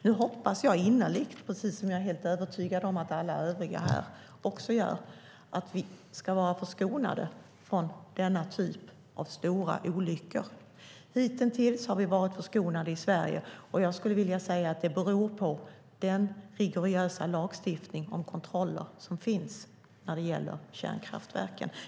Nu hoppas jag innerligt, och jag är helt övertygad om att alla andra här också gör det, att vi ska vara förskonade från denna typ av stora olyckor. Hittills har vi varit förskonade i Sverige, och jag skulle vilja säga att det beror på den rigorösa lagstiftning om kontroller som finns här när det gäller kärnkraftverken.